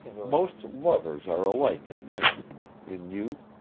most lovers are alike in this in youth,